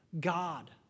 God